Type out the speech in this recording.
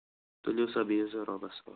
تُلِو سا بِہِو سا رۄبَس حَوال